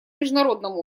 международном